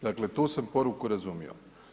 Dakle tu sam poruku razumio.